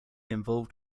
involved